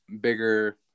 bigger